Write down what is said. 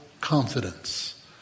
confidence